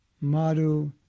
Madhu